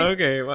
Okay